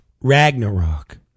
Ragnarok